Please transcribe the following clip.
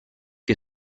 que